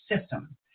system